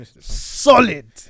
Solid